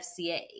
FCA